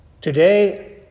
Today